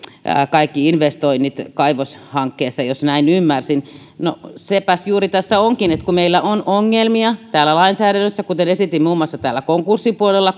kaikki investoinnit kaivoshankkeissa jos näin ymmärsin no sepäs juuri tässä onkin että meillä on ongelmia täällä lainsäädännössä kuten esitin muun muassa täällä konkurssipuolella